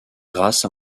grâce